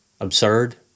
Absurd